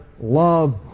love